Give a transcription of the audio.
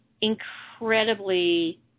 incredibly